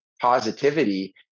positivity